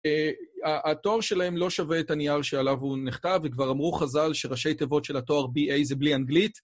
התואר שלהם לא שווה את הנייר שעליו הוא נכתב, וכבר אמרו חז"ל שראשי תיבות של התואר BA זה בלי אנגלית.